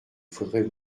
faudrait